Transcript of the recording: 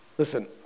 Listen